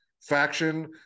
faction